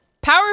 power